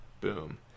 boom